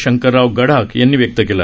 शंकरराव गडाख यांनी व्यक्त केला